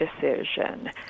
decision